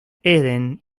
eden